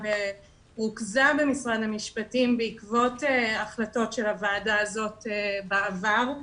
ורוכזה במשרד המשפטים בעקבות החלטות של הוועדה הזאת בעבר.